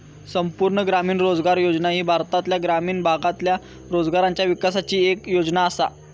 संपूर्ण ग्रामीण रोजगार योजना ही भारतातल्या ग्रामीण भागातल्या रोजगाराच्या विकासाची येक योजना आसा